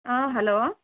ಹಾಂ ಹಲೋ